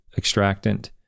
extractant